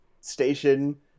station